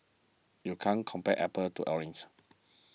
you can't compare apples to oranges